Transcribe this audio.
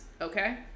Okay